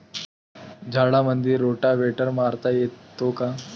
झाडामंदी रोटावेटर मारता येतो काय?